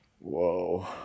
whoa